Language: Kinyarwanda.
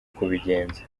kubigenza